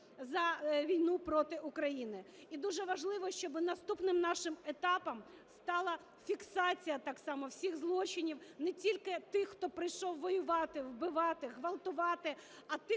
за війну проти України. І дуже важливо, щоби наступним нашим етапом стала фіксація так само всіх злочинів не тільки тих, хто прийшов воювати, вбивати, ґвалтувати,